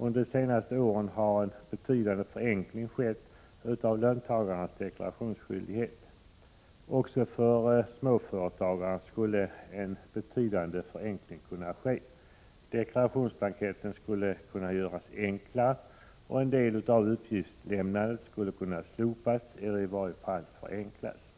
Under de senaste åren har en betydande förenkling skett av löntagarnas deklarationsskyldighet. Också för småföretagarna skulle en betydande förenkling kunna ske. Deklarationsblanketten skulle kunna göras enklare. En del av uppgiftslämnandet skulle kunna slopas eller i varje fall förenklas.